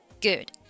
Good